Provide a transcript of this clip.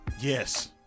Yes